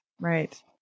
Right